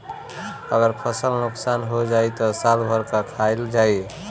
अगर फसल नुकसान हो जाई त साल भर का खाईल जाई